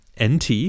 NT